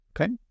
okay